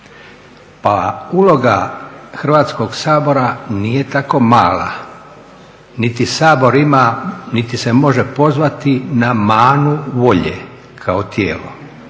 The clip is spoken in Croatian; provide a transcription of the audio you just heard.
Pa uloga Hrvatskog sabora nije tako mala niti Sabor ima niti se može pozvati na manu volje kao tijelo